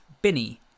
Binny